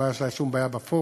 לא הייתה שום בעיה בפורום.